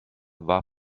war